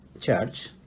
church